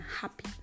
happy